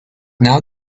now